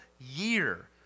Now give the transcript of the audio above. year